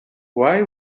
why